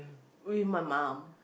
with my mum